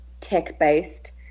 tech-based